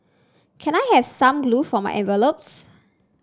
can I have some glue for my envelopes